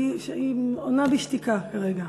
היא עונה בשתיקה כרגע.